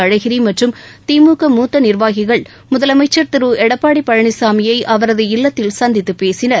அழகிரி மற்றும் திமுக மூத்த நிர்வாகிகள் முதலமைச்சர் திரு எடப்பாடி பழனிச்சாமியை அவரது இல்லத்தில் சந்தித்து பேசினர்